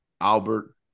Albert